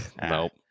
Nope